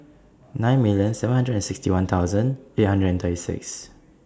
nine million seven hundred and sixty one thousand eight hundred and thirty six